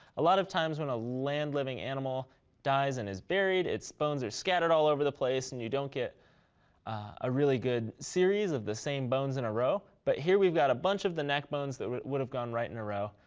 a lot of times when a land living animal dies and is buried, its bones are scattered all over the place and you don't get a really good series of the same bones in a row. but here we've got a bunch of the neck bones that would would have gone right in a row.